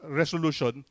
resolution